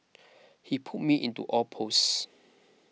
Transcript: he put me into all posts